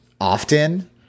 often